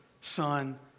Son